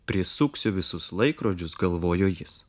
prisuksiu visus laikrodžius galvojo jis